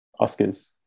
Oscars